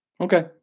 Okay